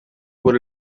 por